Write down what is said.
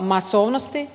masovnosti